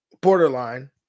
Borderline